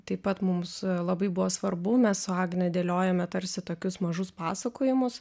taip pat mums labai buvo svarbu mes su agne dėliojome tarsi tokius mažus pasakojimus